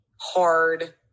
hard